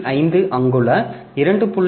5 அங்குல 2